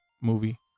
movie